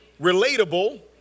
relatable